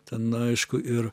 ten aišku ir